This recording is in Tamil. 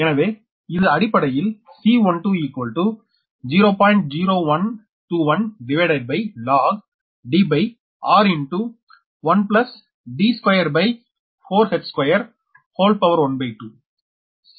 எனவே இது அடிப்படையில் C12 0